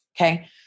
Okay